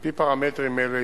על-פי פרמטרים אלה,